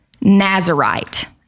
Nazarite